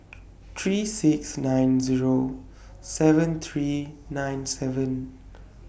three six nine Zero seven three nine seven